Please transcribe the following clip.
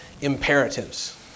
imperatives